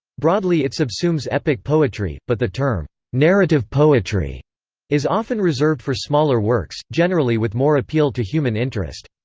broadly it subsumes epic poetry, but the term narrative poetry is often reserved for smaller works, generally with more appeal to human interest.